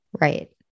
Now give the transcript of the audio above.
Right